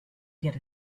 get